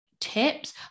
tips